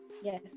Yes